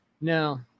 No